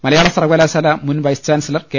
മലയാള സർവ്വകലാശാല മുൻ vice chancellor K